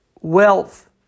wealth